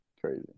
Crazy